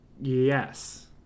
yes